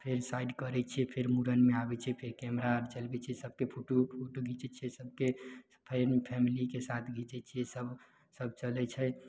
फेर साइट करय छिअय फेर मूड़नमे आबय छिअय फेर कैमरा आर चलबय छियै सबके फोटो उटो घीचय छियै सबके अइमे फैमिलीके साथ घीचय छियै